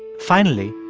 finally,